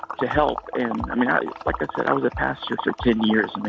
to help. and i mean, i like i so i was a pastor for ten years.